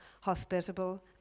hospitable